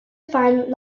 find